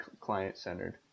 client-centered